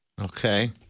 Okay